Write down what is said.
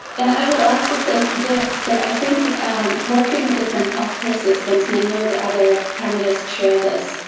and i would also say to this, that, i think working with different health care systems, and i know the other panelists share this